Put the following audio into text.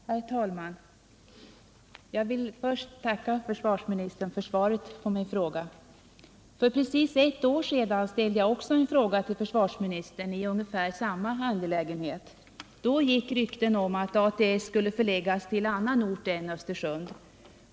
Herr talman! Jag vill först tacka försvarsministern för svaret på min fråga. För precis ett år sedan ställde jag också en fråga till försvarsministern i ungefär samma angelägenhet. Då gick rykten om att ATS skulle förläggas till annan ort än Östersund.